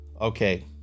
Okay